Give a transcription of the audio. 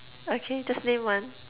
okay just name one